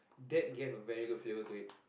dad gave a very good filler to it